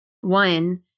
one